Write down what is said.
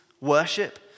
worship